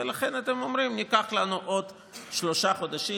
ולכן אתם אומרים: ניקח לנו עוד שלושה חודשים.